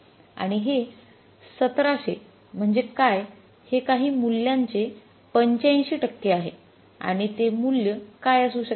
आणि हे १७०० म्हणजे काय हे काही मूल्यांचे ८५ टक्के आहे आणि ते मूल्य काय असू शकते